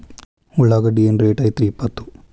ಉಳ್ಳಾಗಡ್ಡಿ ಏನ್ ರೇಟ್ ಐತ್ರೇ ಇಪ್ಪತ್ತು?